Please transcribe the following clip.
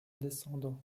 descendant